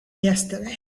yesterday